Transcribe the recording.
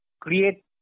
create